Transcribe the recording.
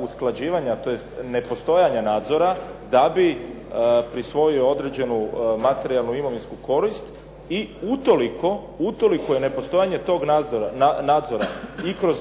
usklađivanja, tj. nepostojanja nadzora da bi prisvojio određenu materijalnu imovinsku korist i utoliko je nepostojanje tog nadzora i kroz